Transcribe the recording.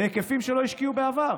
בהיקפים שלא השקיעו בעבר.